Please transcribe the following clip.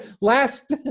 last